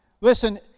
Listen